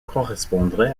correspondrait